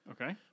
Okay